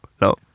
no